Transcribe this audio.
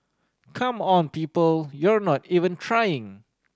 come on people you're not even trying